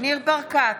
ניר ברקת,